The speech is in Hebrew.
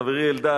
חברי אלדד,